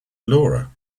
laura